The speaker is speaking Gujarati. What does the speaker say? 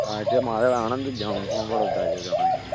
આજે મારે આણંદ જ જવાનું હતું પણ વડોદરા આજે જવાનું થયું